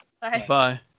bye